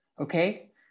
okay